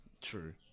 True